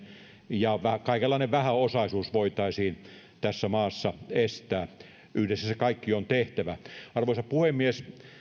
ja kaikenlainen vähäosaisuus voitaisiin tässä maassa estää yhdessä se kaikki on tehtävä arvoisa puhemies